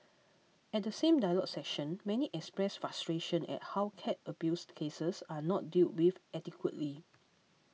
at the same dialogue session many expressed frustration at how cat abused cases are not dealt with adequately